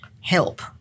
help